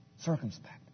Circumspect